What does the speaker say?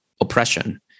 oppression